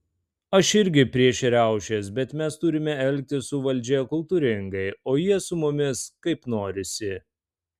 aš irgi prieš riaušės bet mes turime elgtis su valdžia kultūringai o jie su mumis kaip norisi